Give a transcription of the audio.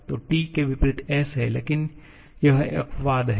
और T के विपरीत s है लेकिन यह एक अपवाद है